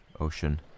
ocean